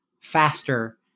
faster